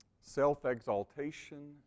Self-exaltation